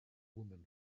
woman